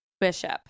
Bishop